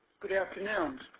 good afternoon.